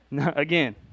Again